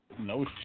No